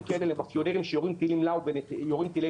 כאלה למאפיונרים שיורים טילי לאו בנתניה,